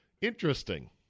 interesting